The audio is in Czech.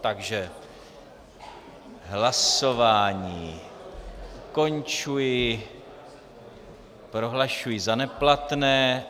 Takže hlasování ukončuji, prohlašuji za neplatné.